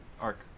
arc